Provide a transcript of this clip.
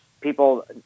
People